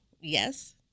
Yes